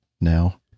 now